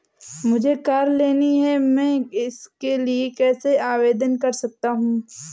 मुझे कार लेनी है मैं इसके लिए कैसे आवेदन कर सकता हूँ?